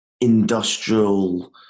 industrial